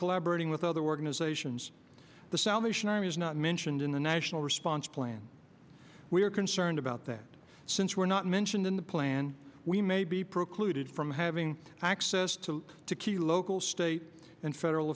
collaborating with other organizations the salvation army is not mentioned in the national response plan we are concerned about that since were not mentioned in the plan we may be pro clue did from having access to to key local state and federal